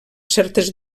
certes